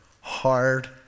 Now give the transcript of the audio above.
hard